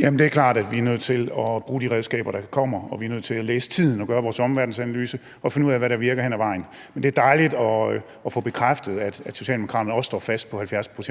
Jamen det er klart, at vi er nødt til at bruge de redskaber, der kommer, og vi er nødt til at læse tiden og gøre vores omverdensanalyse og finde ud af, hvad der virker, hen ad vejen. Men det er dejligt at få bekræftet, at Socialdemokraterne også står fast på 70 pct.